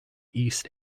east